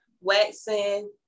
waxing